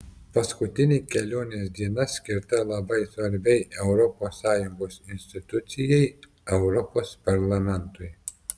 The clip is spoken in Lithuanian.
paskutinė kelionės diena skirta labai svarbiai europos sąjungos institucijai europos parlamentui